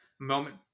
moment